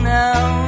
now